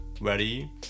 ready